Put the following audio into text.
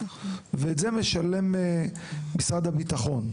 את כל זה משלם משרד הביטחון.